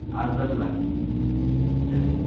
آٹھ دس لاکھ اچھا